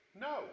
no